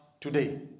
today